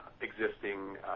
existing